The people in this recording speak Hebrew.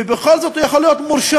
ובכל זאת הוא יכול להיות מורשע,